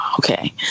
Okay